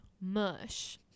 Mush